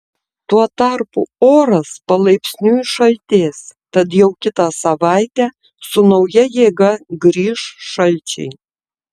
tuo metu oras palaipsniui šaltės tad jau kitą savaitę su nauja jėga grįš šalčiai